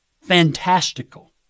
fantastical